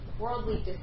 worldly